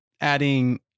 adding